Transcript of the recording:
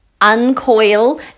uncoil